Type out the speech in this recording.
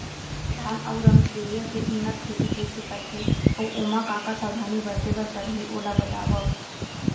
धान अऊ रमकेरिया के उन्नत खेती कइसे करथे अऊ ओमा का का सावधानी बरते बर परहि ओला बतावव?